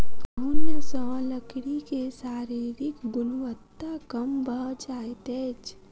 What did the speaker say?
घुन सॅ लकड़ी के शारीरिक गुणवत्ता कम भ जाइत अछि